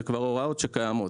כבר קיימות.